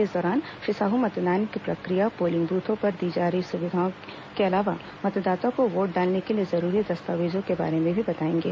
इस दौरान श्री साहू मतदान की प्रक्रिया पोलिंग बूथों पर दी जा रही सुविधाओं के अलावा मतदाता को वोट डालने के लिए जरूरी दस्तावेजों के बारे में बताएंगे